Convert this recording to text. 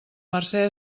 mercè